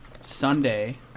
Sunday